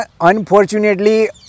unfortunately